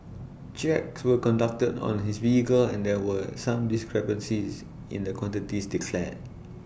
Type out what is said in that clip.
checks were conducted on his vehicle and there were some discrepancies in the quantities declared